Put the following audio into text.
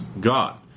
God